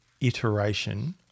iteration